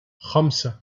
خمسة